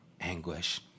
anguish